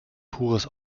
pures